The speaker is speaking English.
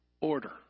order